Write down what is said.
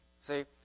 See